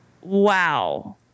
Wow